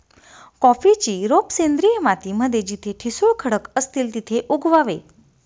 कॉफीची रोप सेंद्रिय माती मध्ये जिथे ठिसूळ खडक असतील तिथे उगवावे